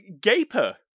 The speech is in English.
gaper